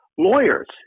Lawyers